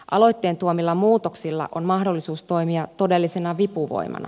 aloitteen tuomilla muutoksilla on mahdollisuus toimia todellisena vipuvoimana